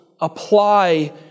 apply